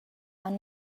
han